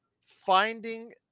finding